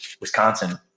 Wisconsin